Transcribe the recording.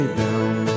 down